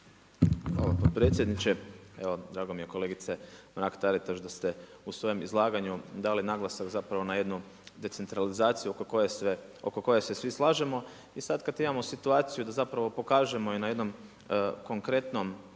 Hvala potpredsjedniče. Evo drago mi je kolegice Mrak-Taritaš da ste u svojem izlaganju dali naglasak zapravo na jednu decentralizaciju oko koje sve svi slažemo. I sad kad imamo situaciju da zapravo pokažemo i na jednom konkretnom